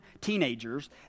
teenagers